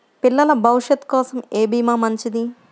పిల్లల భవిష్యత్ కోసం ఏ భీమా మంచిది?